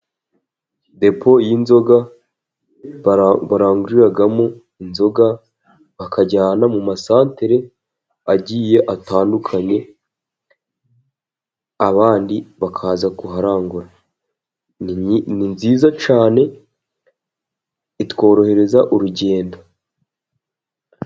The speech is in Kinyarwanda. Depo y'inzoga baranguriramo inzoga, bakajyana mu masantere agiye atandukanye, abandi bakaza kuharangura. Ni nziza cyane, itworohereza urugendo.